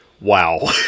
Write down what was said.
wow